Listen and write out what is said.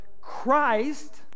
Christ